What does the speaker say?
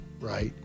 right